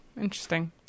Interesting